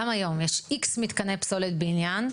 גם היום יש X מתקני פסולת בניין,